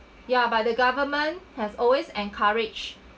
ya but the government has always encouraged